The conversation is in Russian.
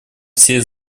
все